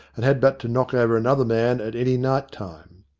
and had but to knock over another man at any night-time.